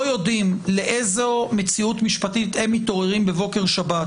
יודעים לאיזה מציאות משפטית הם מתעוררים בבוקר שבת,